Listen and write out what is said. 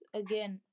again